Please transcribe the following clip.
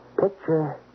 Picture